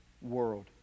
world